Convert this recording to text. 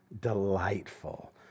delightful